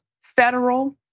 federal